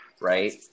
right